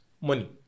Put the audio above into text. Money